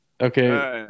Okay